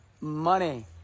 money